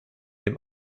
dem